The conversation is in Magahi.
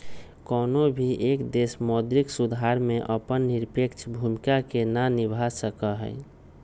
कौनो भी एक देश मौद्रिक सुधार में अपन निरपेक्ष भूमिका के ना निभा सका हई